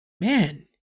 man